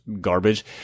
garbage